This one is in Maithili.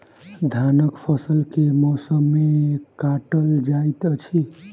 धानक फसल केँ मौसम मे काटल जाइत अछि?